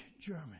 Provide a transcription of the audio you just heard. German